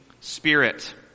spirit